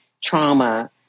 trauma